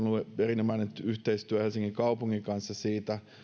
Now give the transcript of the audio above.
erinomainen yhteistyö helsingin kaupungin kanssa siinä